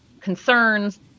concerns